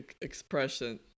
expression